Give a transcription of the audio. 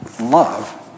love